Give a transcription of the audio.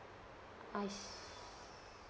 I see